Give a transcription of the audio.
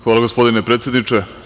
Hvala, gospodine predsedniče.